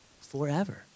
forever